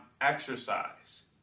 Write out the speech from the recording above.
exercise